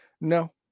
No